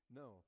no